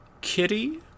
Kitty